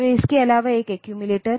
तो इसके अलावा एक एक्यूमिलेटर